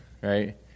right